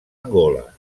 angola